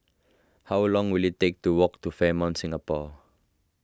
how long will it take to walk to Fairmont Singapore